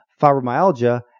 fibromyalgia